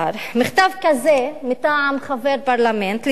מכתב כזה מטעם חבר פרלמנט לשר,